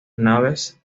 naves